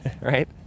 right